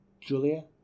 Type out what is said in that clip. Julia